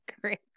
great